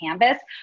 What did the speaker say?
canvas